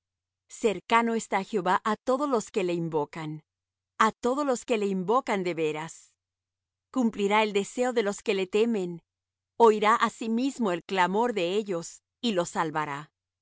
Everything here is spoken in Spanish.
cercano está jehová á todos los que le invocan a todos los que le invocan de veras cumplirá el deseo de los que le temen oirá asimismo el clamor de ellos y los salvará